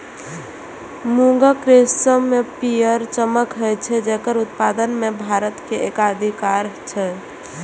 मूंगा रेशम मे पीयर चमक होइ छै, जेकर उत्पादन मे भारत के एकाधिकार छै